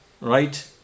Right